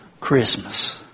Christmas